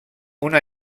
una